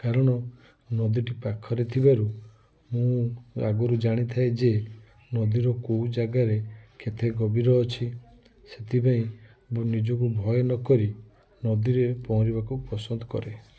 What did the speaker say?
କାରଣ ନଦୀଟି ପାଖରେ ଥିବାରୁ ମୁଁ ଆଗରୁ ଜାଣିଥାଏ ଯେ ନଦୀର କେଉଁ ଜାଗାରେ କେତେ ଗଭୀର ଅଛି ସେଥିପାଇଁ ମୁଁ ନିଜକୁ ଭୟ ନ କରି ନଦୀରେ ପହଁରିବାକୁ ପସନ୍ଦ କରେ